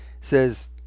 says